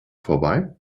vorbei